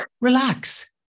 relax